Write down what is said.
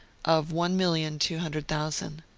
of one million two hundred thousand.